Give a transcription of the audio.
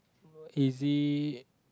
easy